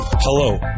Hello